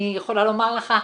אני יכולה לומר לך,